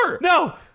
No